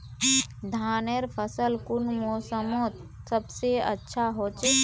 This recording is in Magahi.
धानेर फसल कुन मोसमोत सबसे अच्छा होचे?